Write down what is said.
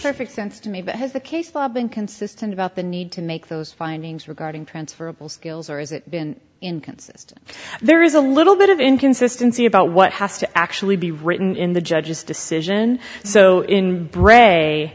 perfect sense to me but has the case law been consistent about the need to make those findings regarding transferable skills or is it inconsistent there is a little bit of inconsistency about what has to actually be written in the judge's decision so in bray